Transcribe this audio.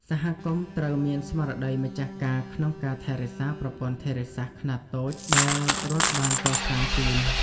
សហគមន៍ត្រូវមានស្មារតីម្ចាស់ការក្នុងការថែរក្សាប្រព័ន្ធធារាសាស្ត្រខ្នាតតូចដែលរដ្ឋបានកសាងជូន។